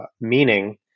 Meaning